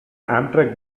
amtrak